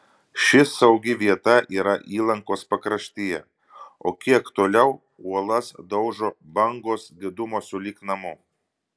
ši saugi vieta yra įlankos pakraštyje o kiek toliau uolas daužo bangos didumo sulig namu